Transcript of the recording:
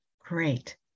great